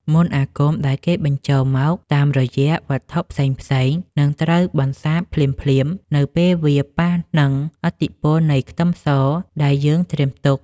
មន្តអាគមដែលគេបញ្ជូនមកតាមរយៈវត្ថុផ្សេងៗនឹងត្រូវបន្សាបភ្លាមៗនៅពេលវាប៉ះនឹងឥទ្ធិពលនៃខ្ទឹមសដែលយើងត្រៀមទុក។